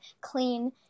clean